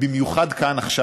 במיוחד כאן עכשיו.